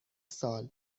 سال